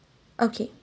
okay